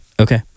Okay